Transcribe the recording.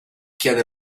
chiede